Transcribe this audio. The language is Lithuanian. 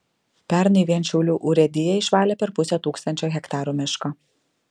pernai vien šiaulių urėdija išvalė per pusę tūkstančio hektarų miško